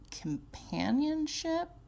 companionship